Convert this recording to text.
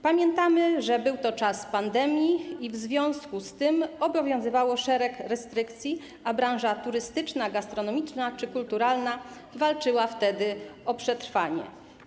Pamiętamy, że był to czas pandemii, w związku z czym obowiązywało szereg restrykcji, a branże turystyczna, gastronomiczna czy kulturalna walczyły wtedy o przetrwanie.